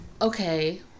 Okay